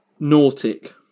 Nautic